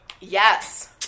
yes